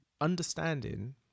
Understanding